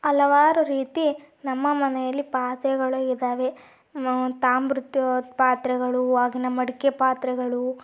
ಹಲವಾರು ರೀತಿ ನಮ್ಮ ಮನೆಯಲ್ಲಿ ಪಾತ್ರೆಗಳು ಇದ್ದಾವೆ ತಾಮ್ರದ್ದು ಪಾತ್ರೆಗಳು ಇವಾಗಿನ ಮಡಿಕೆ ಪಾತ್ರೆಗಳು